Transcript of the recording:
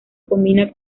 combinaba